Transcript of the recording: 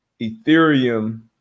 Ethereum